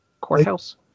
courthouse